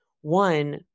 one